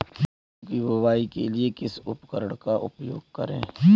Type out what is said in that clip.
गेहूँ की बुवाई के लिए किस उपकरण का उपयोग करें?